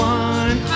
one